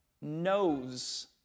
knows